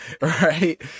Right